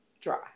dry